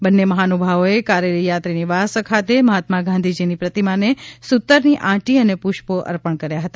બંને મહાનુભાવોએ કારેલી યાત્રીનિવાસ ખાતે મહાત્મા ગાંધીજીની પ્રતિમાને સૂતરની આંટી અને પુષ્પો અર્પણ કર્યા હતા